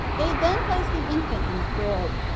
they then placed the infant in the crib.